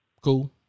cool